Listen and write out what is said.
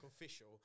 official